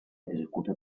executa